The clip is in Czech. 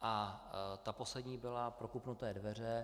A ta poslední byla prokopnuté dveře.